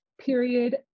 period